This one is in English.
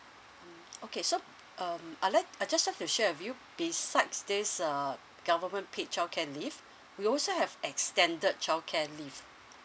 mm okay so um I'd like I'd just like to share with you besides this err government paid childcare leave we also have extended childcare leave